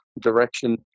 direction